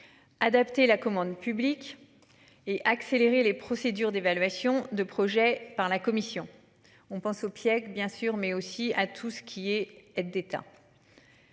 Adapter la commande publique et accélérer les procédures d'évaluation de projets par la commission. On pense au piège bien sûr mais aussi à tout ce qui est aide d'État.